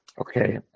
Okay